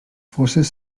fosses